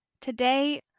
Today